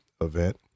event